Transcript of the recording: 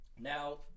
Now